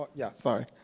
but yeah, sorry.